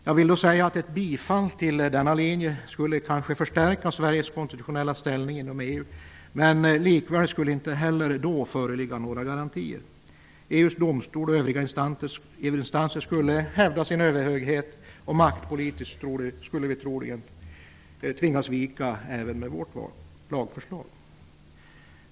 Jag vill säga att ett bifall till denna linje kanske skulle kunna stärka Sveriges konstitutionella ställning inom EU, men inte ens då skulle några garantier föreligga. EU:s domstol och övriga instanser skulle hävda sin överhöghet, och maktpolitiskt skulle vi troligen tvingas ge vika även med vårt lagförslag.